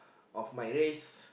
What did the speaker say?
of my race